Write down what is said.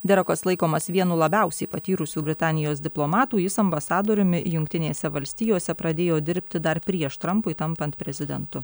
derokas laikomas vienu labiausiai patyrusių britanijos diplomatų jis ambasadoriumi jungtinėse valstijose pradėjo dirbti dar prieš trampui tampant prezidentu